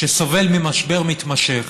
שסובל ממשבר מתמשך,